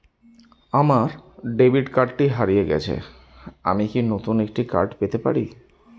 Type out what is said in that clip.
আমার ডেবিট কার্ডটি হারিয়ে গেছে আমি কি নতুন একটি কার্ড পেতে পারি?